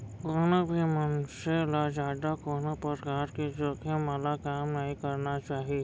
कोनो भी मनसे ल जादा कोनो परकार के जोखिम वाला काम नइ करना चाही